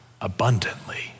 abundantly